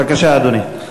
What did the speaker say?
בבקשה, אדוני.